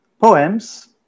poems